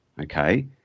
okay